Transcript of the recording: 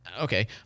okay